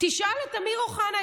תשאל את אמיר אוחנה,